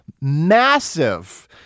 massive